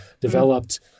Developed